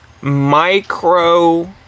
micro